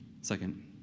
Second